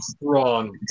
wrong